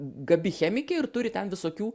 gabi chemikė ir turi ten visokių